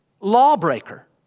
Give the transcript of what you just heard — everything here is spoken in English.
lawbreaker